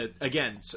again